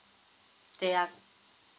ya